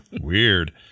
weird